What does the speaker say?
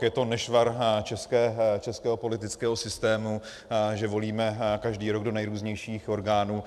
Je to nešvar českého politického systému, že volíme každý rok do nejrůznějších orgánů.